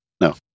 No